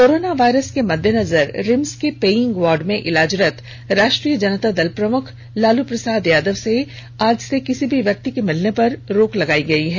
corona virus के मद्देनजर रिम्स के पेईग वार्ड में इलाजरत राष्ट्रीय जनता दल के प्रमुख लालू प्रसाद यादव से आज से किसी भी व्यक्ति से मिलने पर रोक लगा दी गयी है